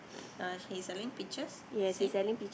uh she's selling peaches same